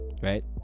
Right